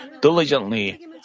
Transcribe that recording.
diligently